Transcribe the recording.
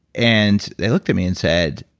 and they looked at me and said,